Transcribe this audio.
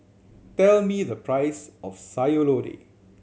tell me the price of Sayur Lodeh